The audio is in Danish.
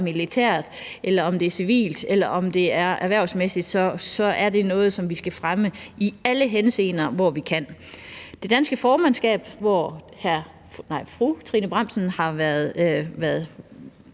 militært, eller om det er civilt, eller om det er erhvervsmæssigt, er noget, som vi skal fremme i alle de henseender, vi kan. Det danske formandskab, som fru Trine Bramsen har været